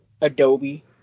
Adobe